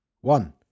one